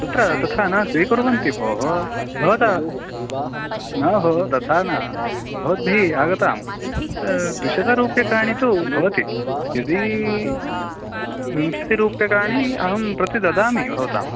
कुत्र तथा न स्वीकुर्वन्ति भोः भवत न भो तथा न भवद्भिः आगतां द्विशतरुप्यकाणि तु भवति यदि विंशति रुप्यकाणि अहं प्रति ददामि भवतां